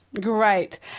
Great